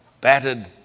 battered